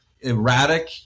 erratic